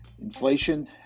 Inflation